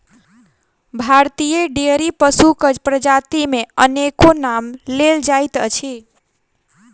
भारतीय डेयरी पशुक प्रजाति मे अनेको नाम लेल जाइत अछि